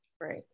Right